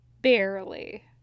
Barely